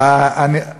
איפה יותר טוב?